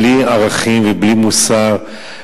בלי ערכים ובלי מוסר,